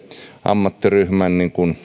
ammattiryhmän